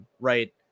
Right